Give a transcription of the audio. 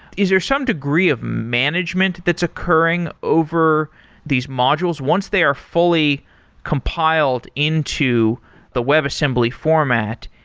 is there some degree of management that's occurring over these modules? once they are fully compiled into the webassembly format,